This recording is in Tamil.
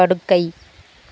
படுக்கை